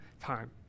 time